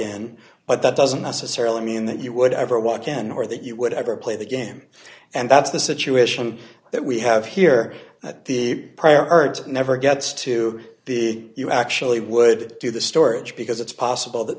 in but that doesn't necessarily mean that you would ever walk in or that you would ever play the game and that's the situation that we have here at the prior art never gets to the you actually would do the storage because it's possible that